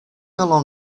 along